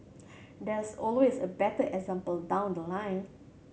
there's always a better example down the line